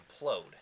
implode